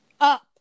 up